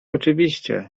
oczywiście